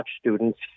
students